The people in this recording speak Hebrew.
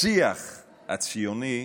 בשיח הציוני,